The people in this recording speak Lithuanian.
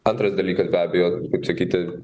antras dalykas be abejo kaip sakyti